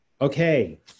Okay